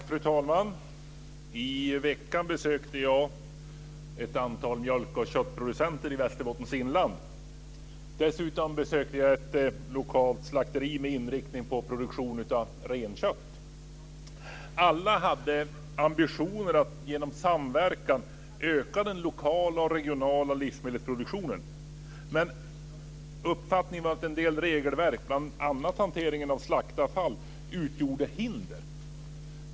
Fru talman! I veckan besökte jag ett antal mjölkoch köttproducenter i Västerbottens inland. Dessutom besökte jag ett lokalt slakteri med inriktning på produktion av renkött. Alla hade ambitioner att genom samverkan öka den lokala och regionala livsmedelsproduktionen. Men uppfattningen var att en del regelverk, bl.a. för hanteringen av slaktavfall, utgjorde hinder.